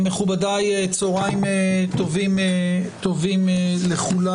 מכובדיי, צהרים טובים לכולם.